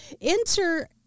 Enter